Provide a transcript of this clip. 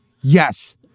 yes